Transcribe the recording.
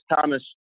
Thomas